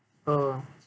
oh